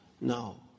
No